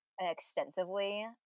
extensively